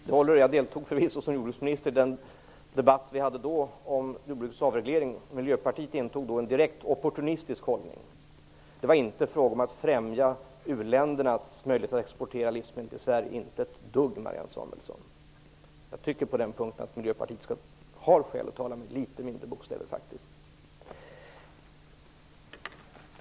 Fru talman! Jag vidhåller att jag förvisso deltog som jordbruksminister i den debatt som vi hade då om jordbrukets avreglering. Miljöpartiet intog då en direkt opportunistisk hållning. Det var inte fråga om att främja u-ländernas möjligheter att exportera livsmedel - inte ett dugg Marianne Samuelsson. Jag tycker faktiskt att Miljöpartiet på den punkten har skäl att tala med litet mindre bokstäver.